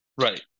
Right